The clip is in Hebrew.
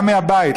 גם מהבית.